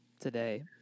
today